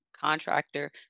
contractor